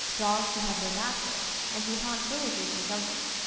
dogs who have no master, and who haunt villages and jungles,